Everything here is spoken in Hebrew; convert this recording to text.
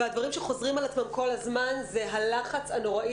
והדברים שחוזרים על עצמם כל הזמן הם הלחץ הנוראי